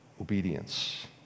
obedience